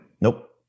Nope